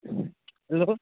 hello